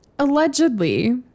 allegedly